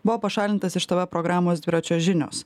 buvo pašalintas iš tv programos dviračio žinios